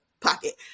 pocket